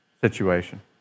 situation